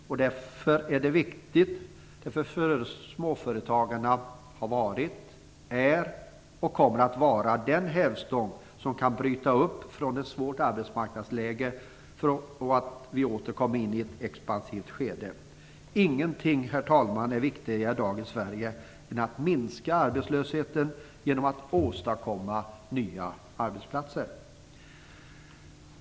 Det är viktigt, eftersom småföretagarna har varit, är och kommer att vara den hävstång som gör att man kan bryta upp från ett svårt arbetsmarknadsläge, så att vi åter kommer in i ett expansivt skede. Ingenting, herr talman, är viktigare i dagens Sverige än att man minskar arbetslösheten genom att åstadkomma nya arbetsplatser.